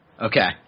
Okay